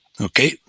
Okay